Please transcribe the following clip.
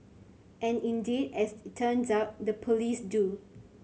and indeed as turns out the police do